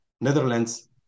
Netherlands